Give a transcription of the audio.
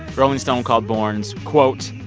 rolling stone called borns, quote,